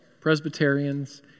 Presbyterians